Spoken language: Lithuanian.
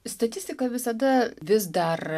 statistika visada vis dar